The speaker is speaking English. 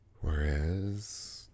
Whereas